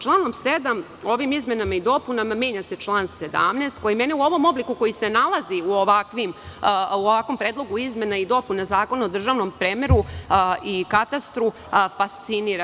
Članom 7. izmena i dopuna menja se član 17, koji mene u ovom obliku koji se nalazi u ovakvom predlogu izmena i dopuna Zakona o državnom premeru i katastru fascinira.